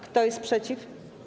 Kto jest przeciw?